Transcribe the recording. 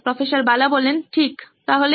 প্রফ্ বালা ঠিক তাহলে